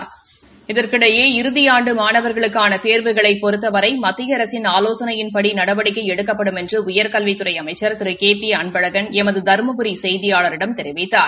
இதற்கிடையே இறதி ஆண்டு மாணவர்களுக்கான தேர்வுகளைப் பொறுத்தவரை மத்திய அரசின் ஆலோசனையின்படி நடவடிக்கை எடுக்கப்படும் என்று உயர்கல்வித்துறை அமைச்ச் திரு கே பி அன்பழகன் எமது தருமபுரி செய்தியாளரிடம் தெரிவித்தார்